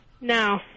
No